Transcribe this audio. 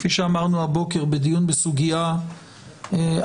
כפי שאמרנו הבוקר בדיון בסוגיה אחרת,